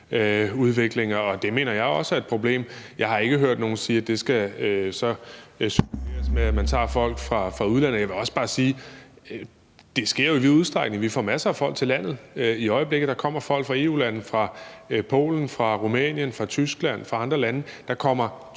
også er et problem. Jeg har ikke hørt nogen sige, at det så skal subsidieres med, at vi tager folk fra udlandet. Jeg vil også bare sige, at det jo sker i vid udstrækning; vi får masser af folk til landet. I øjeblikket kommer der folk fra EU-lande, altså fra Polen, Rumænien, Tyskland og andre lande.